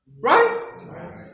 Right